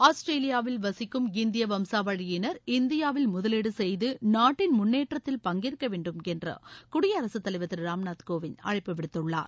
ஆஸ்திரேலியாவில் வசிக்கும் இந்திய வம்சாவழியினர் இந்தியாவில் முதலீடு செய்து நாட்டின் முன்னேற்றத்தில் பங்கேற்க வேண்டும் என்று குடியரகத் தலைவர் திரு ராம் நாத் கோவிந்த் அழைப்பு விடுத்துள்ளார்